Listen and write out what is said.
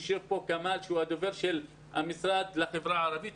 יושב כאן כמאל עאטילה שהוא הדובר של המשרד לחברה הערבית.